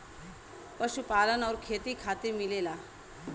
पशुपालन आउर खेती खातिर मिलेला